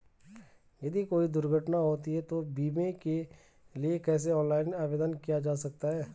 यदि कोई दुर्घटना होती है तो बीमे के लिए कैसे ऑनलाइन आवेदन किया जा सकता है?